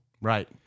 Right